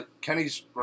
Kenny's